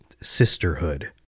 sisterhood